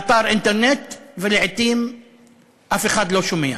באתר אינטרנט ולעתים אף אחד לא שומע.